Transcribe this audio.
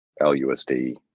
LUSD